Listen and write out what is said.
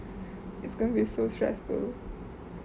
is going to be so stressful